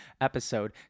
episode